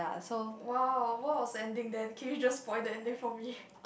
!wow! what was ending there the kiwi just point to ending for me